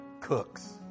cooks